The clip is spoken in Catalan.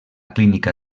clínica